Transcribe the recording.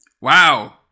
Wow